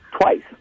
twice